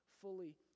fully